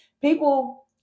People